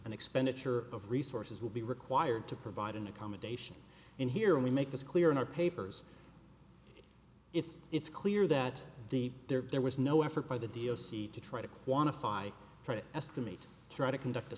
an expenditure of resources will be required to provide an accommodation and here we make this clear in our papers it's it's clear that the there there was no effort by the d o c to try to quantify try to estimate try to conduct a